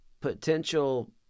potential